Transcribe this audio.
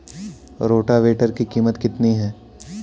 Rotavator की कीमत कितनी है?